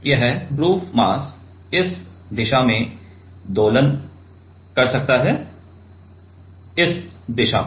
तो यह proof mass इस दिशा में दोलन कर सकता है इस दिशा में